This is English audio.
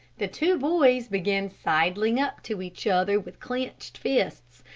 the two boys began sidling up to each other with clenched fists,